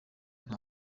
nta